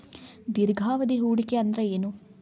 ದೀರ್ಘಾವಧಿ ಹೂಡಿಕೆ ಅಂದ್ರ ಏನು?